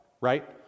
right